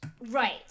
right